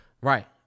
Right